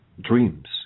dreams